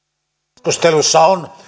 keskustelussa on